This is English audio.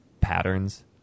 patterns